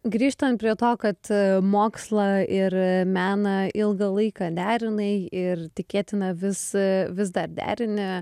grįžtant prie to kad mokslą ir meną ilgą laiką derinai ir tikėtina vis vis dar derini